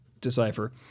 decipher